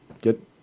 get